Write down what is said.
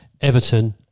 Everton